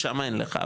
שמה אין לך,